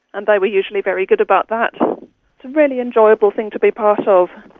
and they were usually very good about that really enjoyable thing to be part of.